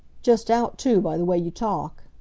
just out, too, by the way you talk.